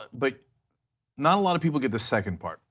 but not a lot of people get the second part.